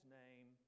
name